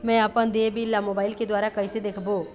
मैं अपन देय बिल ला मोबाइल के द्वारा कइसे देखबों?